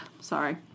Sorry